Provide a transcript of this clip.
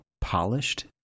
polished